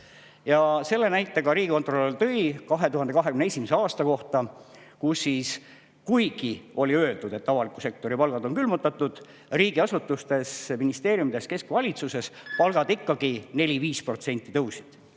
Selle näite riigikontrolör tõigi 2021. aasta kohta, et kuigi oli öeldud, et avaliku sektori palgad on külmutatud, riigiasutustes, ministeeriumides, keskvalitsuses palgad ikkagi 4–5% tõusid. Palun